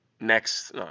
next